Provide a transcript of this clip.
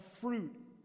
fruit